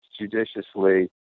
judiciously